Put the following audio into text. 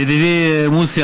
ידידי מוסי,